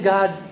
God